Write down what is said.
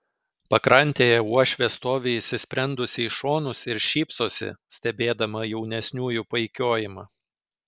pakrantėje uošvė stovi įsisprendusi į šonus ir šypsosi stebėdama jaunesniųjų paikiojimą